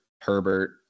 Herbert